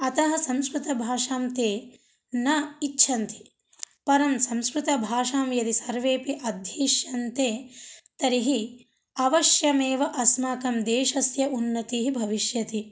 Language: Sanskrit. अतः संस्कृतभाषां ते न इच्छन्ति परं संस्कृतभाषां यदि सर्वेऽपि अद्धीष्यन्ते तर्हि अवश्यमेव अस्माकं देशस्य उन्नतिः भविष्यति